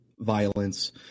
violence